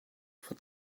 for